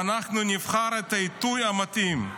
ואנחנו נבחר את העיתוי המתאים.